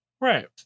Right